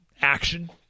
action